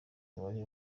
wari